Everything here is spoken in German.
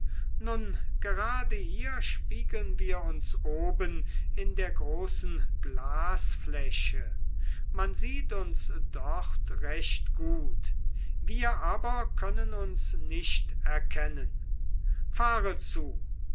nun gerade hier spiegeln wir uns oben in der großen glasfläche man sieht uns dort recht gut wir aber können uns nicht erkennen fahre zu